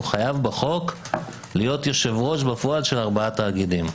הוא חייב בחוק להיות יושב-ראש בפועל של ארבעה תאגידים.